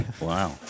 Wow